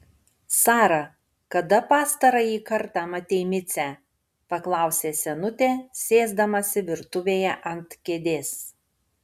sara kada pastarąjį kartą matei micę paklausė senutė sėsdamasi virtuvėje ant kėdės